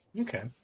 okay